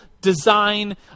design